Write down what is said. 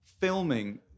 filming